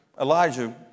Elijah